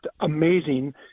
amazing